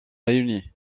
réunis